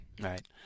Right